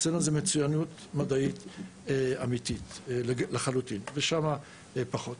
אצלנו זאת מצוינות מדעית אמיתית לחלוטין ושם זה פחות.